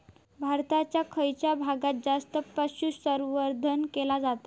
भारताच्या खयच्या भागात जास्त पशुसंवर्धन केला जाता?